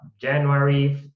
January